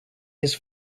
his